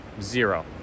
Zero